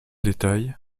détails